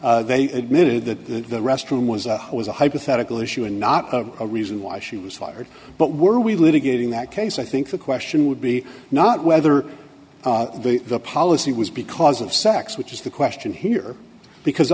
they admitted that the restroom was a was a hypothetical issue and not a reason why she was fired but were we litigate in that case i think the question would be not whether the policy was because of sex which is the question here because